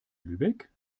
lübeck